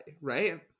right